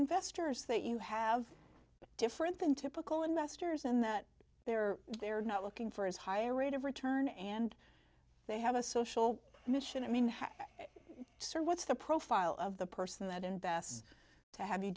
investors that you have different than typical investors and that they're they're not looking for his higher rate of return and they have a social mission i mean what's the profile of the person that invests to have you